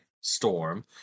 storm